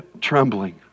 trembling